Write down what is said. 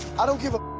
i don't give a